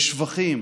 לשבחים